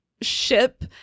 Ship